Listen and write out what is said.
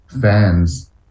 fans